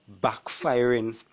backfiring